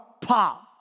pop